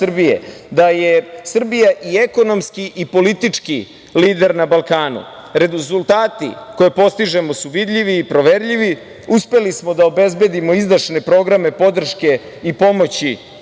da je Srbija i ekonomski i politički lider na Balkanu. Rezultati koje postižemo su vidljivi, proverljivi. Uspeli smo da obezbedimo izdašne programe podrške i pomoći